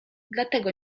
dlatego